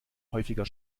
häufiger